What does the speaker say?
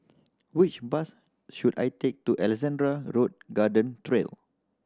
which bus should I take to Alexandra Road Garden Trail